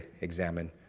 examine